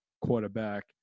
quarterback